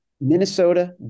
Minnesota